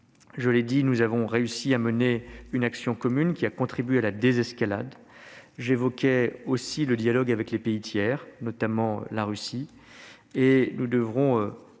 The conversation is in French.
Je l'ai dit, nous avons réussi à mener une action commune qui a contribué à la désescalade. J'évoquais aussi le dialogue avec les pays tiers, notamment la Russie